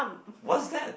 what's that